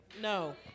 No